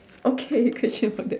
okay question for that